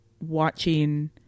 watching